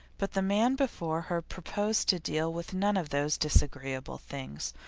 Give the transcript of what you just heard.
but the man before her proposed to deal with none of those disagreeable things,